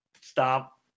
stop